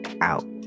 out